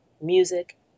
music